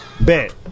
Bet